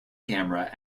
camera